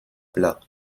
plat